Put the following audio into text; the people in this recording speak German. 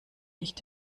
nicht